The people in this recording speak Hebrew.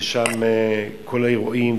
שם כל האירועים,